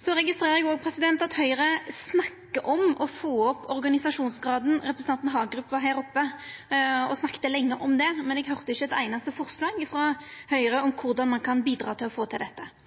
Så registrerer eg òg at Høgre snakkar om å få opp organisasjonsgraden. Representanten Hagerup var her oppe og snakka lenge om det, men eg høyrte ikkje om eit einaste forslag frå Høgre om korleis ein kan bidra til å få dette til.